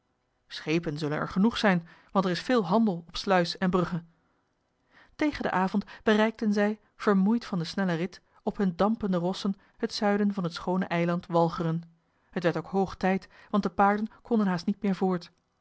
schepen zullen er genoeg zijn want er is veel handel op sluis en brugge tegen den avond bereikten zij vermoeid van den snellen rit op hunne dampende rossen het zuiden van het schoone eiland walcheren t werd ook hoog tijd want de paarden konden haast niet meer voort